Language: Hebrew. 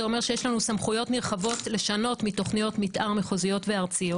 זה אומר שיש לנו סמכויות נרחבות לשנות מתוכניות מתאר מחוזיות וארציות.